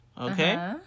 okay